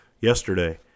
yesterday